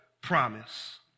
promise